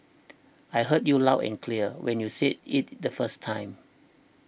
I heard you loud and clear when you said it the first time